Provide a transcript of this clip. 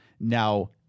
Now